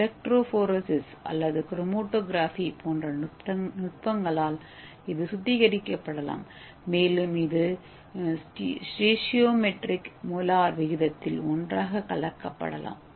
electrophoresis அல்லது chromatography போன்ற நுட்பங்களால் இது சுத்திகரிக்கப்படலாம் மேலும் இது ஸ்டோய்சியோமெட்ரிக் மோலார் விகிதத்தில் ஒன்றாக கலக்கப்படலாம்